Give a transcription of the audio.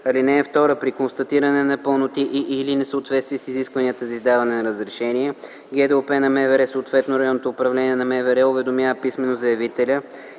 (2) При констатиране на непълноти и/или несъответствия с изискванията за издаване на разрешение ГДОП на МВР, съответно РУ на МВР, уведомява писмено заявителя